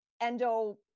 endo